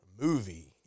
movie